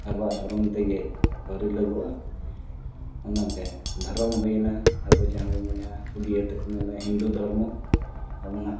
ᱟᱵᱚᱣᱟᱜ ᱫᱷᱚᱨᱚᱢ ᱛᱮᱜᱮ ᱟᱹᱣᱨᱤ ᱞᱟᱹᱜᱩᱜᱼᱟ ᱚᱱᱟᱛᱮ ᱫᱷᱚᱨᱚᱢ ᱦᱩᱭᱱᱟ ᱟᱵᱚ ᱡᱟᱦᱟᱸ ᱵᱚᱱ ᱢᱮᱱᱮᱫᱟ ᱩᱰᱤᱭᱟ ᱛᱮᱠᱚ ᱢᱮᱱᱫᱟ ᱦᱤᱱᱫᱩ ᱫᱷᱚᱨᱢᱚ ᱟᱵᱚᱱᱟᱜ